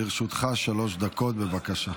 לרשותך שלוש דקות, בבקשה.